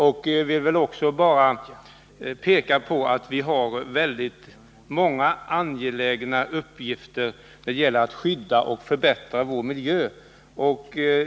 Jag vill peka på att vi har många angelägna uppgifter när det gäller att skydda och förbättra vår miljö.